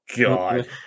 God